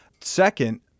Second